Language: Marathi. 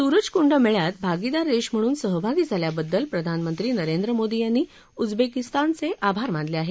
सूरजकुंड मेळ्यात भागीदारदेश म्हणून सहभागी झाल्याबद्दल प्रधानमंत्री नरेंद्र मोदी यांनी उज्बेकिस्तानये आभारमानले आहे